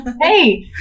Hey